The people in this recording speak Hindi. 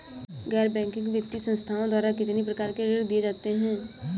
गैर बैंकिंग वित्तीय संस्थाओं द्वारा कितनी प्रकार के ऋण दिए जाते हैं?